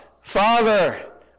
Father